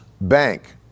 bank